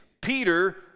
Peter